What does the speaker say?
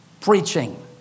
preaching